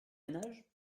ménage